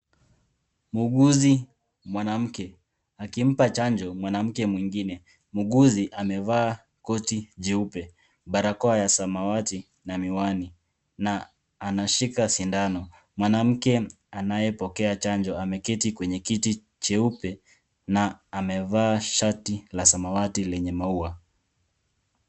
Muuguzi mwanamke, akimpa chanjo mwanamke mwingine. Muuguzi amevaa koti jeupe, barakoa ya samawati na miwani, na anashika sindano. Mwanamke anayepokea chanjo ameketi kwenye kiti cheupe, na amevaa la samawati lenye maua.